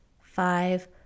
five